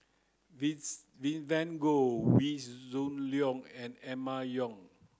Vivien Goh Wee Shoo Leong and Emma Yong